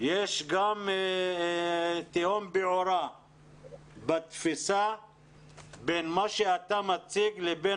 יש גם תהום פעורה בתפיסה בין מה שאתה מציג לבין